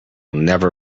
never